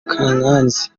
kankazi